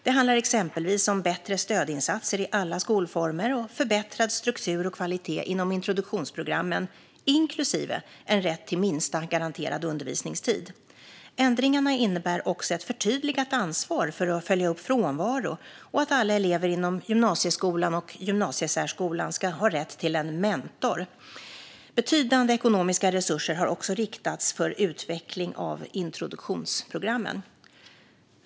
Det handlar exempelvis om bättre stödinsatser i alla skolformer och förbättrad struktur och kvalitet inom introduktionsprogrammen, inklusive en rätt till minsta garanterad undervisningstid. Ändringarna innebär också ett förtydligat ansvar för att följa upp frånvaro och att alla elever inom gymnasieskolan och gymnasiesärskolan ska ha rätt till en mentor. Betydande ekonomiska resurser har också riktats till utveckling av introduktionsprogrammen.